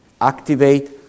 activate